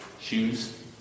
shoes